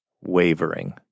wavering